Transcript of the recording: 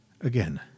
again